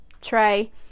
tray